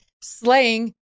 slaying